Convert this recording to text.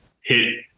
hit